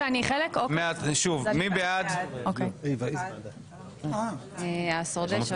הצבעה נתקבלה אם כך, ההצעה התקבלה.